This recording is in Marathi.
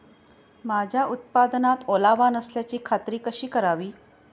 माझ्या उत्पादनात ओलावा नसल्याची खात्री कशी करावी?